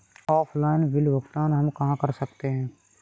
Offline bill भुगतान हम कहां कर सकते हैं?